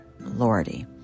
Lordy